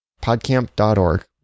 Podcamp.org